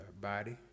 body